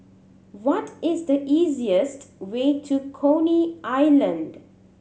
what is the easiest way to Coney Island